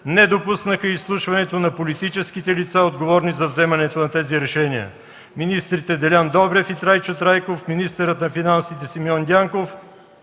не допуснаха изслушването на политическите лица, отговорни за вземането на тези решения – министрите Делян Добрев и Трайчо Трайков, министърът на финансите Симеон Дянков